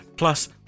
Plus